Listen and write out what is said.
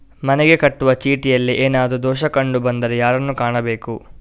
ಮನೆಗೆ ಕಟ್ಟುವ ಚೀಟಿಯಲ್ಲಿ ಏನಾದ್ರು ದೋಷ ಕಂಡು ಬಂದರೆ ಯಾರನ್ನು ಕಾಣಬೇಕು?